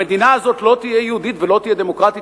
המדינה הזאת לא תהיה יהודית ולא תהיה דמוקרטית